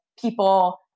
people